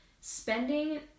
spending